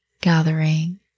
gathering